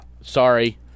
sorry